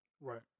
Right